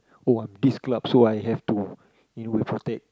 oh I'm this club so I have to in a way protect